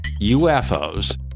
UFOs